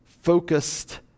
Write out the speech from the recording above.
focused